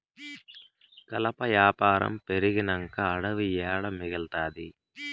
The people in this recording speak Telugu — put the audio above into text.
కలప యాపారం పెరిగినంక అడివి ఏడ మిగల్తాది